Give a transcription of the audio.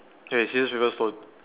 okay scissors paper stone